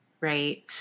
right